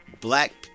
black